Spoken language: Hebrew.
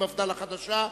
מפד"ל החדשה,